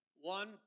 One